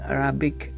Arabic